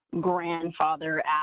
Grandfather